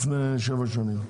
לפני שבע שנים.